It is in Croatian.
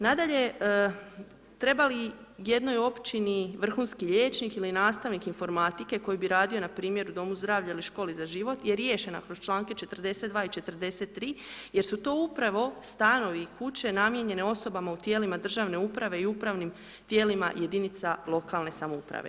Nadalje, treba li jednoj općini vrhunski liječnik ili nastavnik informatike koji bi radio na primjer u domu zdravlja ili školi za život je riješen kroz članke 42. i 43. jer su to upravo stanovi i kuće namijenjene osobama u tijelima državne uprave i upravnim tijelima jedinica lokalne samouprave.